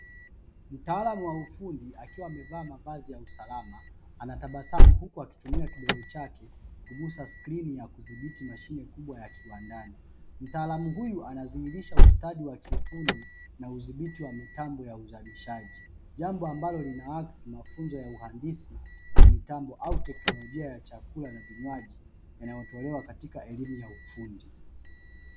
Mtaalamu wa ufundi akiwa amevaa mavazi ya usalama anatabasamu huku akitumia kidole chake kugusa skrini ya kudhibiti mashine kubwa ya kiwandani. Mtaalamu huyu anadhihirisha ustadi wa kiufundi na udhibiti wa mitambo ya uzalishaji, jambo ambalo linaaksi mafunzo ya uhandisi kwa mitambo au teknolojia ya chakula na vinywaji yanayotolewa katika elimu ya ufundi.